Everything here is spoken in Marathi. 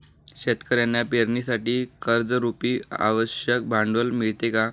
शेतकऱ्यांना पेरणीसाठी कर्जरुपी आवश्यक भांडवल मिळते का?